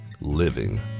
living